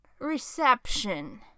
reception